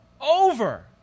Over